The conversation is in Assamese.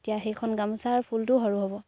এতিয়া সেইখন গামোচাৰ ফুলটো সৰু হ'ব